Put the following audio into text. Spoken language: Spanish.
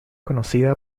conocida